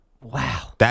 Wow